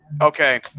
Okay